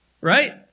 Right